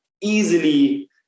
easily